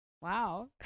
Wow